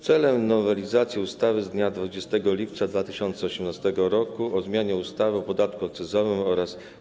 Celem nowelizacji ustawy z dnia 20 lipca 2018 r. o zmianie ustawy o podatku akcyzowym oraz